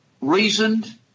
reasoned